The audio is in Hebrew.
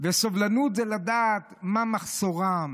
והסובלנות זה לדעת מה מחסורם,